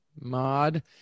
mod